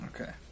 Okay